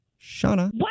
Shauna